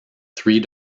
three